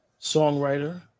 songwriter